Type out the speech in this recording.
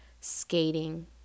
skating